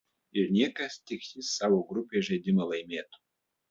ir niekas tik jis savo grupėj žaidimą laimėtų